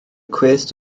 cwest